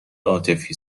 عاطفی